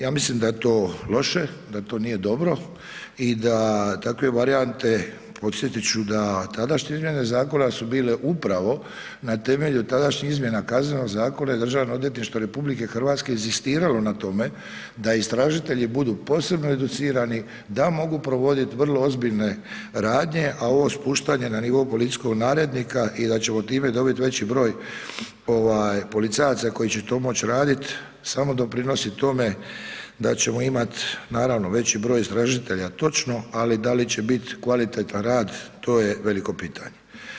Ja mislim da je to loše, da to nije dobro i da takve varijante podsjetit ću da tadašnje izmjene zakona su bile upravo na temelju tadašnjih izmjena Kaznenog zakona je Državno odvjetništvo RH inzistiralo na tome da istražitelji budu posebno educirani da mogu provoditi vrlo ozbiljne radnje, a ovo spuštanje na nivo policijskog narednika i da ćemo time dobiti veći broj policajaca koji će to moći raditi, samo doprinosi tome da ćemo imati, naravno, veći broj istražitelja, točno, ali da li će biti kvalitetan rad, to je veliko pitanje.